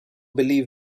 believe